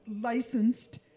licensed